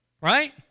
Right